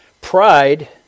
Pride